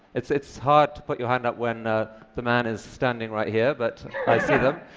it's it's hard to put your hand up when ah the man is standing right here, but i see them.